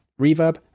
reverb